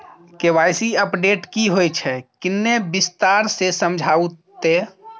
KYC update की होय छै किन्ने विस्तार से समझाऊ ते?